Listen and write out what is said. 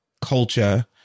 culture